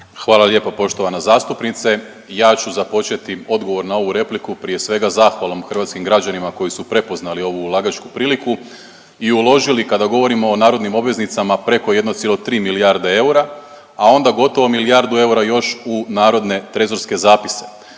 Hvala lijepo poštovana zastupnice. Ja ću započeti odgovor na ovu repliku prije svega zahvalom hrvatskim građanima koji su prepoznali ovu ulagačku priliku i uložili kada govorimo o narodnim obveznicama preko 1,3 milijarde eura, a onda gotovo milijardu eura još u narodne trezorske zapise.